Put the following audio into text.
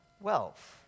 wealth